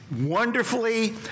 wonderfully